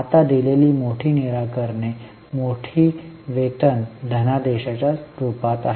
आता दिलेली मोठी निराकरणे मोठी वेतन धनादेशाच्या रूपात आहेत